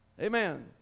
Amen